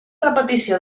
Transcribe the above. repetició